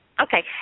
Okay